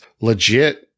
legit